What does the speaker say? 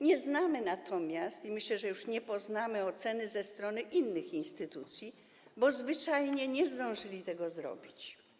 Nie znamy natomiast, i myślę, że już nie poznamy, oceny innych instytucji, bo zwyczajnie nie zdążyły one tego zrobić.